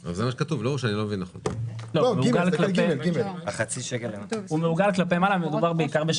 לא יעלה על